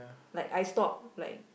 like I stop like